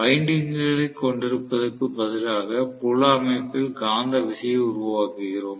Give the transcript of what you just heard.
வைண்டிங்க்குகளை கொண்டிருப்பதற்குப் பதிலாக புல அமைப்பில் காந்த விசையை உருவாக்குகிறோம்